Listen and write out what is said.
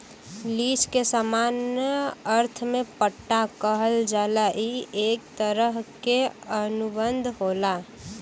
lease के सामान्य अर्थ में पट्टा कहल जाला ई एक तरह क अनुबंध होला